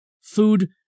Food